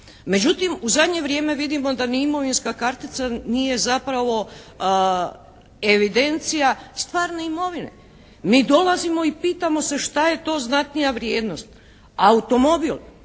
Međutim, u zadnje vrijeme vidimo da ni imovinska kartica nije zapravo evidencija stvarne imovine. Mi dolazimo i pitamo se šta je to znatnija vrijednost? Automobil